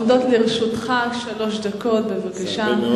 עומדות לרשותך שלוש דקות, בבקשה.